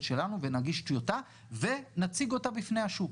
שלנו ונגיש טיוטה ונציג אותה בפני השוק.